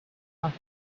off